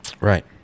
Right